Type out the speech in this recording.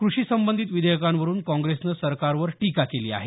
कृषि संबंधित विधेयकांवरून कांग्रेसनं सरकारवर टीका केली आहे